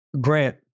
Grant